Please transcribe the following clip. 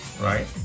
right